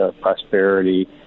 prosperity